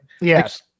Yes